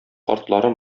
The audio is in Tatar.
картлары